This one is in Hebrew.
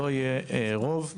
לא יהיה רוב,